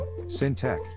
SynTech